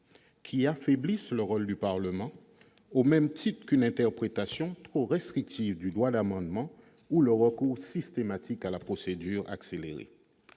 qui affaiblit le rôle du Parlement, au même titre qu'une interprétation trop restrictive du droit d'amendement ou le recours systématique à la procédure accélérée.